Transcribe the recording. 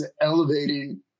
elevating